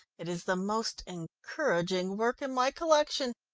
it is the most encouraging work in my collection.